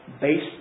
based